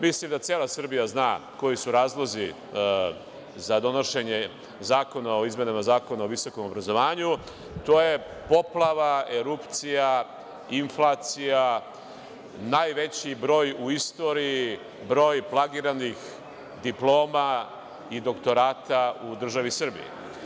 Mislim da cela Srbija zna koji su razlozi za donošenje zakona o izmenama Zakona o visokom obrazovanju, to je poplava, erupcija, inflacija, najveći broj u istoriji broja plagiranih diploma i doktorata u državi Srbiji.